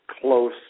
close